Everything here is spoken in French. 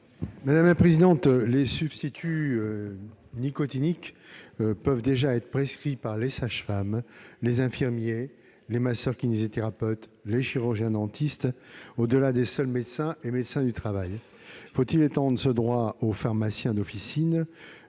de la commission ? Les substituts nicotiniques peuvent déjà être prescrits par les sages-femmes, les infirmiers, les masseurs-kinésithérapeutes, les chirurgiens-dentistes, au-delà des seuls médecins et médecins du travail. Faut-il étendre ce droit de prescription aux pharmaciens d'officine ?